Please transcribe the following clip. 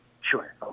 Sure